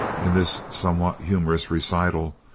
in this somewhat humorous recital,